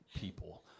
people